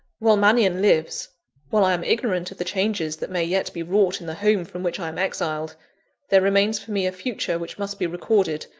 while mannion lives while i am ignorant of the changes that may yet be wrought in the home from which i am exiled there remains for me a future which must be recorded,